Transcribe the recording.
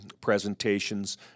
presentations